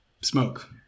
Smoke